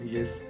Yes